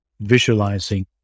visualizing